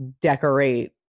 decorate